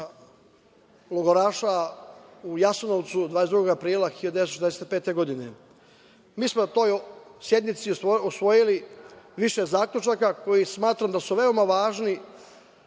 logoraša u Jasenovcu 22. aprila 1945. godine. Mi smo na toj sednici usvojili više zaključaka koji smatram da su veoma važni